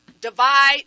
divide